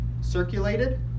circulated